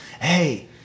Hey